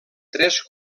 tres